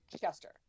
Chester